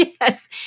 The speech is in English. Yes